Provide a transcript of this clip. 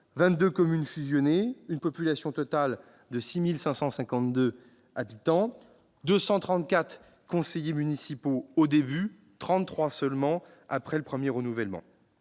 22 communes fusionnées, une population totale de 6 552 habitants, 234 conseillers municipaux au début, 33 seulement après le premier renouvellement.